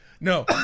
No